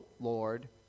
Lord